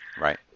Right